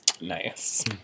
Nice